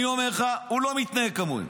אני אומר לך, הוא לא מתנהג כמוהם.